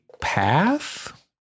path